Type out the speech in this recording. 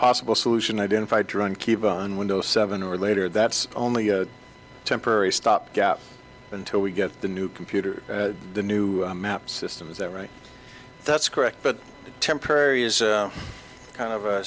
possible solution identified to run keep on windows seven or later that's only a temporary stopgap until we get the new computer the new map system is that right that's correct but temporary is kind of a